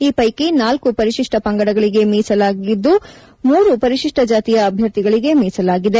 ಈ ಪೈಕಿ ನಾಲ್ಕು ಪರಿಶಿಷ್ಪ ಪಂಗಡಗಳಿಗೆ ಮೀಸಲಾಗಿದ್ದು ಮೂರು ಪರಿಶಿಷ್ಪ ಜಾತಿಯ ಅಭ್ಯರ್ಥಿಗಳಿಗೆ ಮೀಸಲಾಗಿದೆ